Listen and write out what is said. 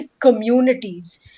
communities